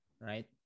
right